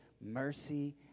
mercy